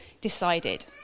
decided